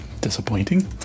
disappointing